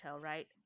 right